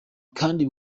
kandi